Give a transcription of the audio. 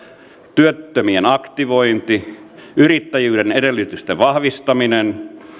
työttömien aktivointi yrittäjyyden edellytysten vahvistaminen